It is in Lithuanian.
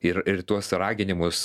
ir ir į tuos raginimus